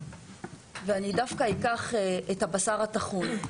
אני דווקא אקח את הבשר הטחון.